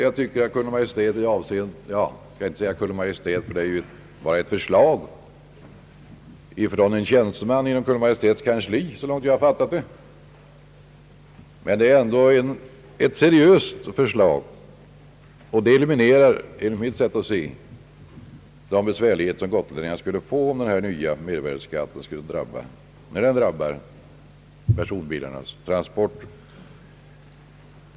Jag tycker att Kungl. Maj:ts förslag i detta avseende — egentligen var det väl ett förslag av en tjänsteman inom Kungl. Maj:ts kansli — är ett seriöst förslag som eliminerar de besvärligheter som gotlänningarna skulle få genom att mervärdeskatten drabbar personbiltrafiken.